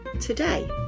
today